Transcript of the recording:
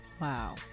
Wow